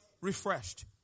refreshed